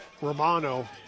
Romano